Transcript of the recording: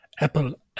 Apple